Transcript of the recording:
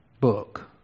book